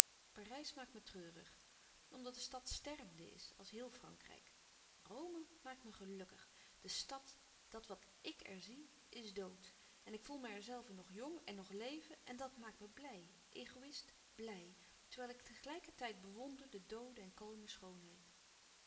parijs maakt me treurig omdat de stad stervende is als heel frankrijk rome maakt me gelukkig de stad dat wat ik er zie is dood en ik voel me er zelven nog jong en nog leven en dat maakt me blij egoïst blij terwijl ik tegelijkertijd bewonder de doode en kalme schoonheid